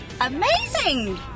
amazing